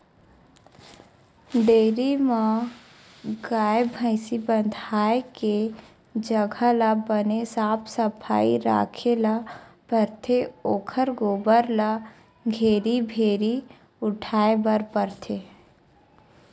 dairy म गाय, भइसी बंधाए के जघा ल बने साफ सफई राखे ल परथे ओखर गोबर ल घेरी भेरी उठाए बर परथे